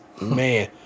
man